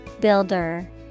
Builder